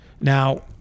Now